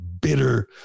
bitter